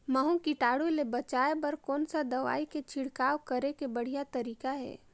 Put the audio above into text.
महू कीटाणु ले बचाय बर कोन सा दवाई के छिड़काव करे के बढ़िया तरीका हे?